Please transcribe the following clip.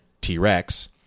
T-Rex